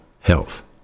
health